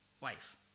wife